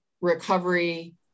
recovery